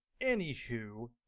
anywho